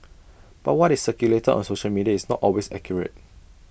but what is circulated on social media is not always accurate